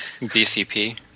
BCP